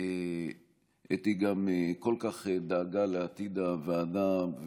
אתי גם דאגה כל כך לעתיד הוועדה,